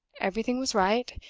everything was right,